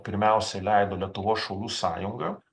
pirmiausiai leido lietuvos šaulių sąjunga